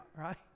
right